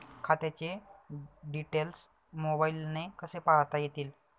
खात्याचे डिटेल्स मोबाईलने कसे पाहता येतील?